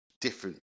different